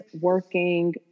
working